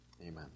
Amen